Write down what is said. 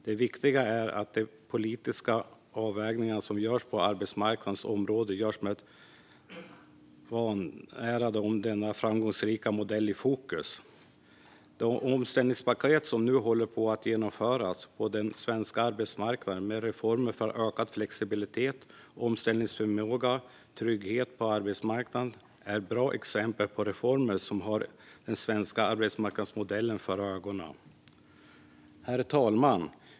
Det viktiga är att de politiska avvägningar som görs på arbetsmarknadsområdet görs med denna framgångsrika modell i fokus. Det omställningspaket som nu håller på att genomföras på den svenska arbetsmarknaden med reformer för ökad flexibilitet, omställningsförmåga och trygghet på arbetsmarknaden är ett bra exempel på att man har den svenska arbetsmarknadsmodellen för ögonen. Herr talman!